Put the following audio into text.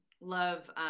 love